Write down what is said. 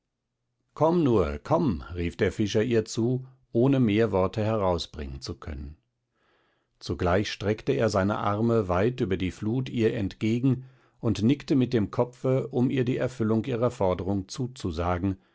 komm nur komm rief der fischer ihr zu ohne mehr worte herausbringen zu können zugleich streckte er seine arme weit über die flut ihr entgegen und nickte mit dem kopfe um ihr die erfüllung ihrer fordrung zuzusagen